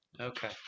okay